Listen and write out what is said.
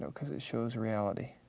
so cause it shows reality.